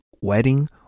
wedding